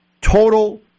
total